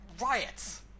riots